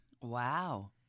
Wow